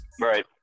right